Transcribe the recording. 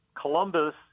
Columbus